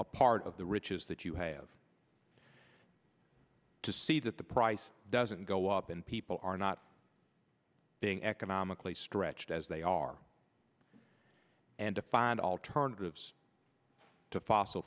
a part of the riches that you have to see that the price doesn't go up and people are not being economically stretched as they are and to find alternatives to fossil